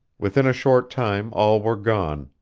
within a short time all were gone,